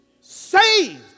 saved